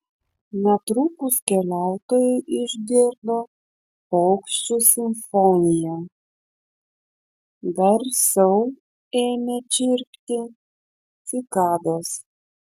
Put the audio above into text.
netrukus keliautojai išgirdo paukščių simfoniją garsiau ėmė čirpti cikados